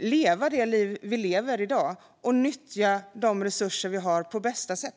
leva det liv som vi lever i dag och nyttja de resurser vi har på bästa sätt.